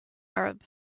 arab